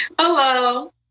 Hello